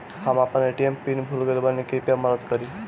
हम अपन ATM PIN भूल गएल बानी, कृपया मदद करीं